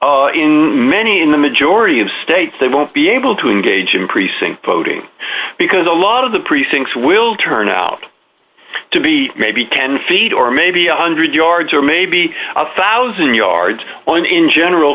here in many in the majority of states they won't be able to engage increasing voting because a lot of the precincts will turn out to be maybe ten feet or maybe a one hundred yards or maybe a one thousand yards on in general